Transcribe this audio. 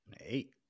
eight